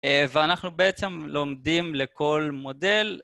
ואנחנו בעצם לומדים לכל מודל.